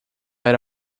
era